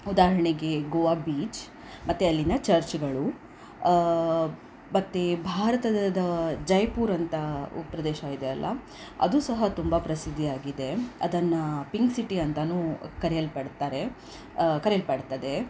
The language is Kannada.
ಉದಾಹರಣೆಗೆ ಗೋವಾ ಬೀಚ್ ಮತ್ತು ಅಲ್ಲಿನ ಚರ್ಚ್ಗಳು ಮತ್ತು ಭಾರತದ ಜೈಪುರ್ ಅಂತ ಪ್ರದೇಶಯಿದೆಯಲ್ಲ ಅದೂ ಸಹ ತುಂಬ ಪ್ರಸಿದ್ಧಿಯಾಗಿದೆ ಅದನ್ನು ಪಿಂಕ್ ಸಿಟಿ ಅಂತಲು ಕರೆಯಲ್ಪಡ್ತಾರೆ ಕರೆಯಲ್ಪಡ್ತದೆ